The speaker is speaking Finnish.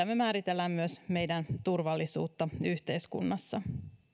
me määrittelemme myös turvallisuutta meidän yhteiskunnassa